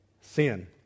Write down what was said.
sin